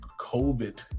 COVID